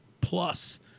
plus